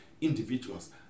individuals